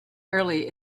early